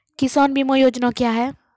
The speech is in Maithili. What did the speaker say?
किसान बीमा योजना क्या हैं?